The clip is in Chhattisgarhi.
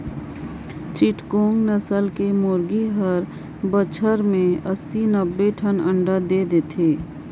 चिटगोंग नसल के मुरगी हर बच्छर में अस्सी, नब्बे अंडा दे देथे